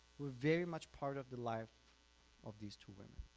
were very much part of the life of these two women